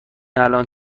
الان